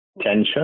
tension